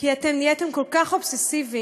כי אתם נהייתם כל כך אובססיביים,